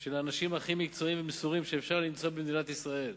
של האנשים הכי מקצועיים ומסורים שאפשר למצוא במדינת ישראל.